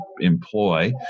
employ